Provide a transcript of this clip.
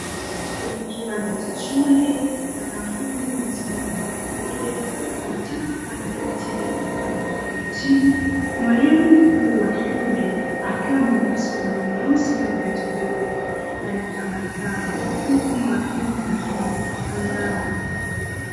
Kwenye kiwanja cha shule wanafunzi wamesimama kwa pamoja ,wanataka kupanda miti iliyoekwa kwa upande wa chini ,mwalimu mkuu wa shule akiwa amevaa suruali nyeusi na viatu vyeupe, anatabasamu huku mwanafunzi mwingine amevaa barakoa.